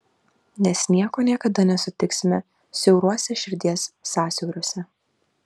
nes nieko niekada nesutiksime siauruose širdies sąsiauriuose